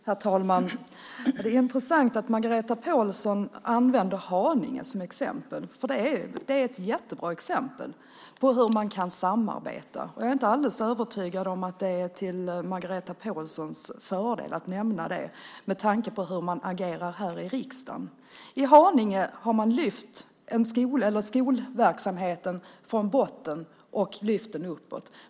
Herr talman! Det är intressant att Margareta Pålsson använder Haninge som exempel. Det är ett jättebra exempel på hur man kan samarbeta. Jag är dock inte alldeles övertygad om att det är till Margareta Pålssons fördel att nämna det med tanke på hur man agerar i riksdagen. I Haninge har man lyft upp skolverksamheten från att den var på botten.